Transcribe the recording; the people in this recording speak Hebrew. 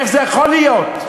איך זה יכול להיות?